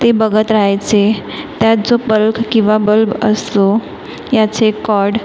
ते बघत राहायचे त्यात जो पल्ख किंवा बल्ब असतो याचे कॉड